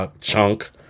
chunk